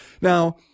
Now